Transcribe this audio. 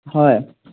হয়